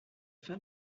fin